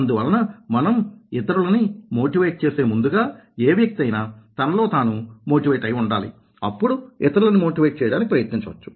అందువలన మనం ఇతరులని మోటివేట్ చేసే ముందుగా ఏ వ్యక్తి అయినా తనలో తాను మోటివేట్ అయి ఉండాలి అప్పుడు ఇతరులని మోటివేట్ చేయడానికి ప్రయత్నించవచ్చు